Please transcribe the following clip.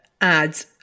add